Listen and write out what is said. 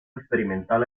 experimental